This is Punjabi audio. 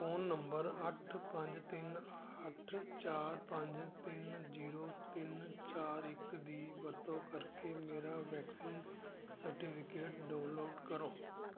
ਫ਼ੋਨ ਨੰਬਰ ਅੱਠ ਪੰਜ ਤਿੰਨ ਅੱਠ ਚਾਰ ਪੰਜ ਤਿੰਨ ਜੀਰੋ ਤਿੰਨ ਚਾਰ ਇੱਕ ਦੀ ਵਰਤੋਂ ਕਰਕੇ ਮੇਰਾ ਵੈਕਸੀਨ ਸਰਟੀਫਿਕੇਟ ਡਾਊਨਲੋਡ ਕਰੋ